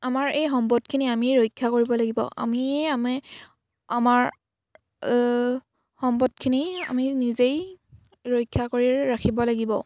আমাৰ এই সম্পদখিনি আমি ৰক্ষা কৰিব লাগিব আমিয়ে আমি আমাৰ সম্পদখিনি আমি নিজেই ৰক্ষা কৰি ৰাখিব লাগিব